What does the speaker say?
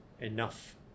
enough